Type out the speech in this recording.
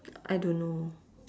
I don't know